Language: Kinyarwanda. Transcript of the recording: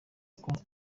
uko